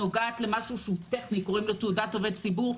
והיא נוגעת למשהו טכני שנקרא: תעודת עובד ציבור.